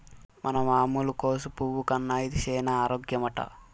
మన మామూలు కోసు పువ్వు కన్నా ఇది సేన ఆరోగ్యమట